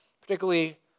particularly